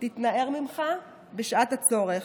תתנער ממך בשעת הצורך.